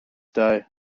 day